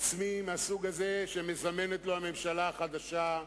עצמי מהסוג הזה, שמזמנת לו הממשלה החדשה.